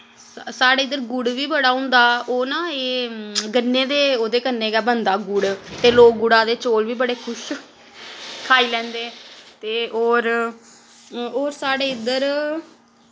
साढ़े इद्धर गुड़ बी बड़ा होंदा ओह् ना एह् गन्ने दे ओह्दे कन्नै गै बनदा गुड़ ते लोक गुड़ा दे चौल बी बड़े खुश खाई लैंदे ते होर होर साढ़े इद्धर